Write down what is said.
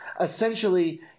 essentially